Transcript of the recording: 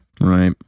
right